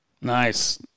Nice